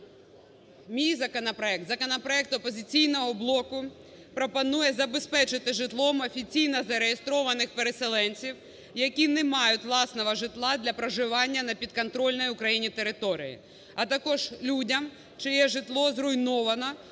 Мій законопроект, законопроект "Опозиційного блоку", пропонує забезпечити житлом офіційно зареєстрованих переселенців, які не мають власного житла для проживання на підконтрольній Україні території, а також людям, чиє житло зруйновано